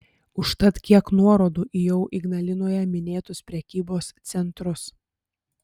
užtat kiek nuorodų į jau ignalinoje minėtus prekybos centrus